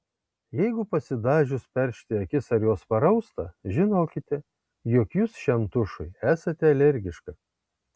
jeigu pasidažius peršti akis ar jos parausta žinokite jog jūs šiam tušui esate alergiška